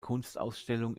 kunstausstellung